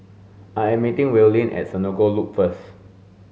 I am meeting Willene at Senoko Loop first